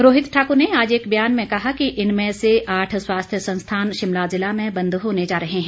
रोहित ठाक्र ने आज एक बयान में कहा कि इनमें से आठ स्वास्थ्य संस्थान शिमला जिला में बंद होने जा रहे हैं